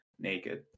naked